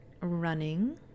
running